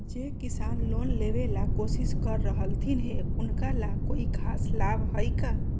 जे किसान लोन लेबे ला कोसिस कर रहलथिन हे उनका ला कोई खास लाभ हइ का?